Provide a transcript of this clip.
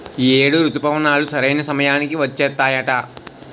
ఈ ఏడు రుతుపవనాలు సరైన సమయానికి వచ్చేత్తాయట